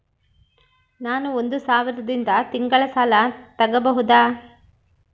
ನಾನು ಒಂದು ಸಾವಿರದಿಂದ ತಿಂಗಳ ಸಾಲ ತಗಬಹುದಾ?